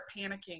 panicking